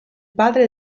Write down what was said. padre